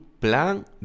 plan